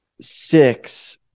six